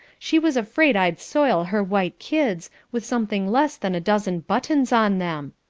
she was afraid i'd soil her white kids, with something less than a dozen buttons on them.